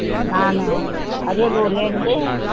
நான் அரியலூர்லேந்து